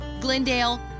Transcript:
Glendale